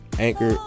Anchor